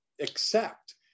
accept